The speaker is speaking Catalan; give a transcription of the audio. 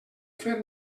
fer